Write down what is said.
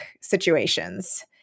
situations